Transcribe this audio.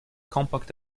compact